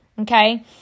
Okay